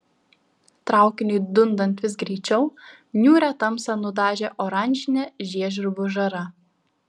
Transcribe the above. traukiniui dundant vis greičiau niūrią tamsą nudažė oranžinė žiežirbų žara